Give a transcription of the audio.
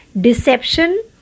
deception